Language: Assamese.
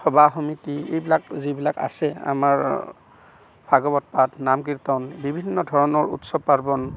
সভা সমিতি এইবিলাক যিবিলাক আছে আমাৰ ভাগৱত পাঠ নাম কীৰ্তন বিভিন্ন ধৰণৰ উৎসৱ পাৰ্বণ